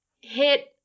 hit